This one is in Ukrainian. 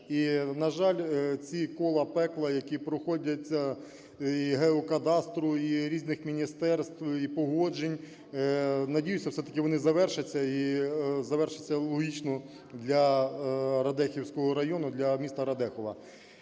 на жаль, ці кола пекла, які проходять – і геокадастру, і різних міністерств, і погоджень, надіюся, все-таки, вони завершаться, і завершаться логічно для Радехівського району, для міста Радехова.